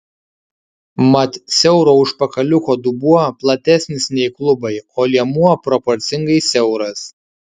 mat siauro užpakaliuko dubuo platesnis nei klubai o liemuo proporcingai siauras